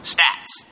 Stats